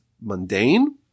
mundane